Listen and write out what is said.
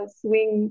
swing